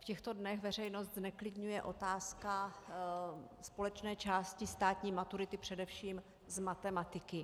V těchto dnech veřejnost zneklidňuje otázka společné části státní maturity, především z matematiky.